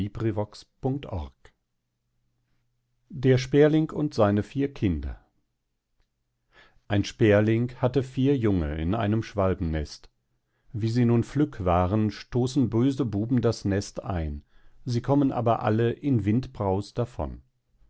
der sperling und seine vier kinder ein sperling hatte vier junge in einem schwalbennest wie sie nun flück waren stoßen böse buben das nest ein sie kommen aber alle in windbraus davon